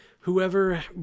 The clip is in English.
whoever